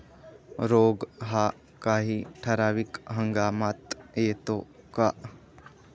रोग हा काही ठराविक हंगामात येतो का?